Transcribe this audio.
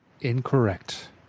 Incorrect